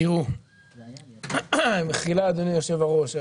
אדוני היושב-ראש,